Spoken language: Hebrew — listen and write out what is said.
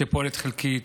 שפועלת חלקית,